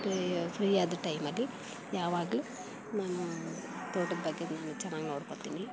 free ಫ್ರೀಯಾದ ಟೈಮಲ್ಲಿ ಯಾವಾಗಲೂ ನಾನು ತೋಟದ ಬಗ್ಗೆ ನಾನು ಚೆನ್ನಾಗಿ ನೋಡ್ಕೊಳ್ತೀನಿ